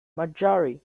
marjorie